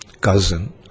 cousin